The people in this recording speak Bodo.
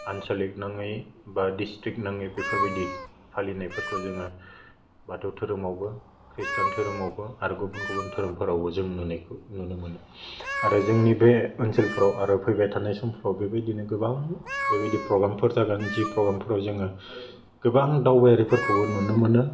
आनच'लिक नाङै बा डिस्ट्रिक्ट नाङै बेफोरबायदि फालिनाफोरखौ जोङो बाथौ दोहोरोमावबो ख्रिष्टान दोहोरोमावबो आरो गुबुन धोरोमफोरावबो जों नुनायखौ नुनो मोनो आरो जोंनि बे ओनसोलफ्राव आरो फैबाय थांनाय समफ्राव बेबायदिनो गोबां बेबायदि पग्रामफोर जागोन जि पग्रामफोराव जोङो गोबां दावबायारिफोरखौबो नुनो मोनो